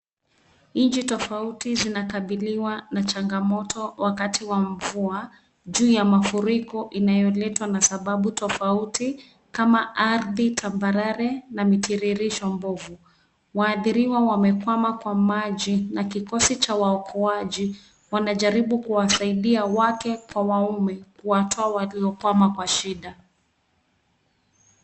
Nchi tofauti zinakabiliwa na changamoto wakati wa mvua, juu ya mafuriko inayoletwa na sababu tofauti; kama ardhi tambarare na mitiririsho mbovu. Waadhiriwa wamekwama kwa maji na kikosi cha waokoaji wanajaribu kuwasaidia wake kwa waume kuwatoa waliokwama kwa shida.